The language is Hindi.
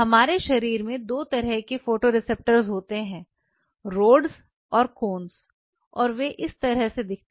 हमारे शरीर में 2 तरह के फोटोरिसेप्टर होते हैं रॉड्स और कोन्स और वे इस तरह दिखते हैं